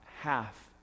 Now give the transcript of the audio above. half